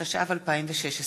התשע"ו 2016,